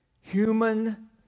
human